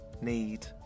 need